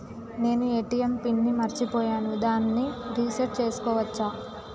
నేను ATM PIN ని మరచిపోయాను దాన్ని రీ సెట్ చేసుకోవచ్చా?